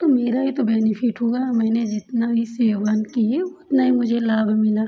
तो मेरा ही तो बेनीफिट हुआ मैंने जितना भी सेवन किए उतना ही मुझे लाभ मिला